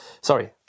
sorry